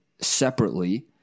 separately